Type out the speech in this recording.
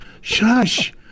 shush